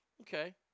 Okay